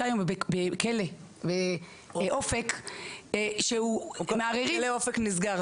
היום בכלא אופק --- כלא אופק נסגר,